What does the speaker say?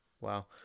wow